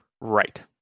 Right